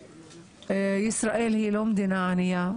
ישראל לא מדינה ענייה,